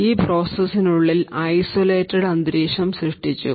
ഈ പ്രോസസ്സിനു ഉള്ളിൽ ഐസൊലേറ്റഡ് അന്തരീക്ഷം സൃഷ്ടിച്ചു